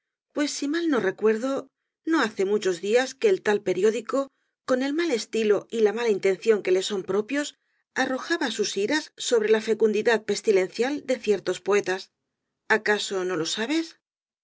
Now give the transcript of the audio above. pues si mal no recuerdo no hace muchos días que el tal periódico con el mal estilo y la mala intención que le son propios arrojaba sus iras sobre la fecundidad pestilencial de ciertos poetas acaso no lo sabes